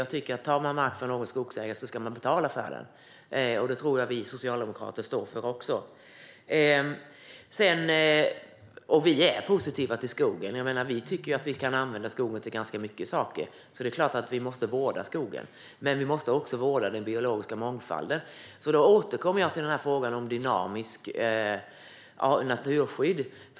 Jag tycker att om man tar mark från en skogsägare ska man betala för den, och det tror jag också övriga socialdemokrater står för. Vi är positiva till skogen. Vi tycker att vi kan använda skogen till ganska många saker, så det är klart att vi måste vårda skogen. Men vi måste också vårda den biologiska mångfalden. Därför återkommer jag till frågan om dynamiskt naturskydd.